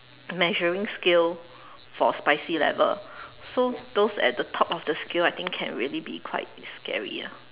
measuring scale for spicy level so those at the top of the scale I think can really be quite scary ah